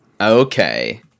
Okay